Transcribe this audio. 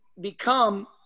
become